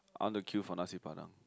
I want to queue for nasi-padang